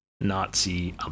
Nazi